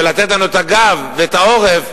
ולתת לנו את הגב ואת העורף,